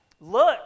Look